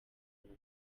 ubu